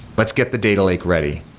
let's get the data lake ready.